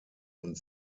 und